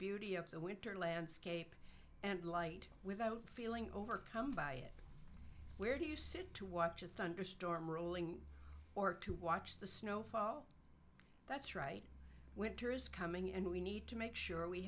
beauty of the winter landscape and light without feeling overcome by it where do you sit to watch a thunderstorm rolling or to watch the snow fall that's right winter is coming and we need to make sure we